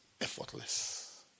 Effortless